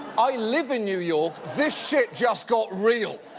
i live in new york! this shit just got real!